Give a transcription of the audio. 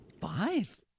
Five